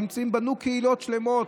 בנו קהילות שלמות.